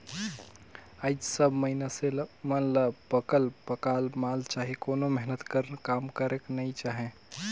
आएज सब मइनसे मन ल पकल पकाल माल चाही कोनो मेहनत कर काम करेक नी चाहे